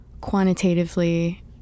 quantitatively